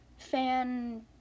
fan